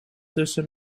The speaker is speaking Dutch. tussen